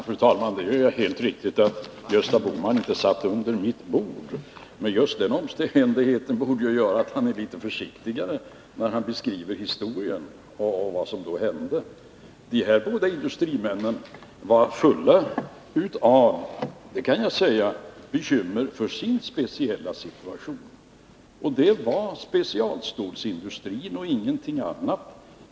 Fru talman! Det är helt riktigt att Gösta Bohman inte satt under mitt bord. Men just den omständigheten borde ju göra att han är litet försiktigare när han beskriver historien och vad som då hände. De här båda industrimännen var fulla av — det kan jag säga — bekymmer för sin speciella situation, och det var specialstålsindustrin och ingenting annat.